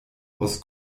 aus